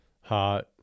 hot